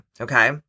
okay